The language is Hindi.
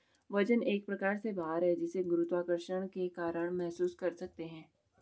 वजन एक प्रकार से भार है जिसे गुरुत्वाकर्षण के कारण महसूस कर सकते है